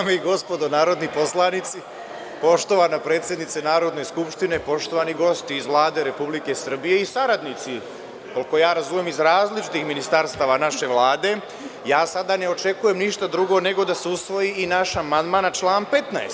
Dame i gospodo narodni poslanici, poštovana predsednice Skupštine, poštovani gosti iz Vlade Republike Srbije i saradnici, koliko ja razumem, iz različitih ministarstava naše Vlade, ja sada ne očekujem ništa drugo nego da se usvoji i naš amandman na član 15.